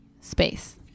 Space